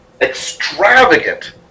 extravagant